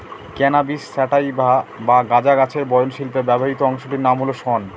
cannabis sativa বা গাঁজা গাছের বয়ন শিল্পে ব্যবহৃত অংশটির নাম হল শন